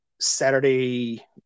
saturday